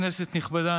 כנסת נכבדה,